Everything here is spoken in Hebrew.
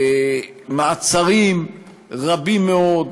מעצרים רבים מאוד,